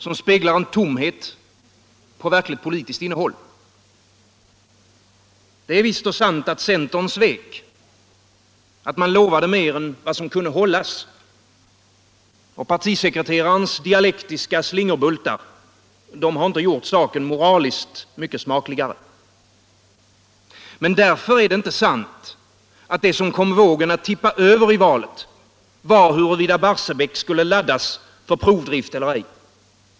Den speglar en tomhet på verkligt politiskt innehåll. Det är visst och sant att centern svek, att man lovade mer än som kunde hållas. Och partisekreterarens dialektiska slingerbultar har inte gjort saken moraliskt smakligare. Men därför är det inte sant att det Allmänpolitisk debatt Allmänpolitisk debatt 150 som kom vågen att:'tippa över i valet var huruvida Barsebäck skulle laddas för provdrift eller ej.